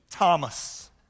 Thomas